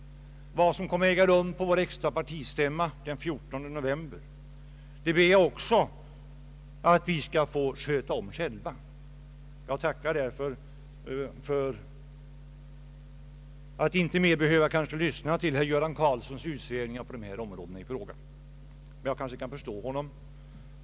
Vad som kommer att äga rum på vår extra partistämma den 14 november ber jag också att vi skall få sköta om själva. Jag vore därför tacksam att inte mera behöva lyssna till herr Göran Karlssons utsvävningar på detta område. Men jag kanske kan förstå honom.